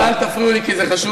ואל תפריעו לי כי זה חשוב,